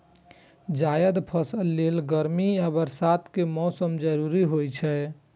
जायद फसल लेल गर्मी आ बरसात के मौसम जरूरी होइ छै